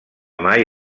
mai